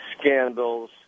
scandals